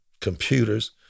computers